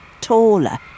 taller